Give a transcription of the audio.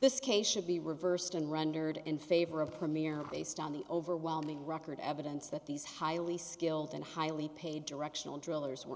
this case should be reversed and rendered in favor of premier based on the overwhelming record evidence that these highly skilled and highly paid directional drillers were